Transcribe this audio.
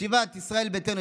ישיבת ישראל ביתנו,